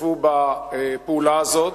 שהשתתפו בפעולה הזאת,